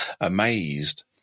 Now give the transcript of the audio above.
amazed